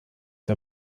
der